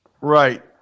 Right